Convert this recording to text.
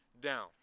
down